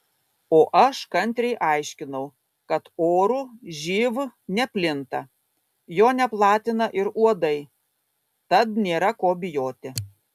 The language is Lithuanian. o aš kantriai aiškinau kad oru živ neplinta jo neplatina ir uodai tad nėra ko bijoti